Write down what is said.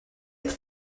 être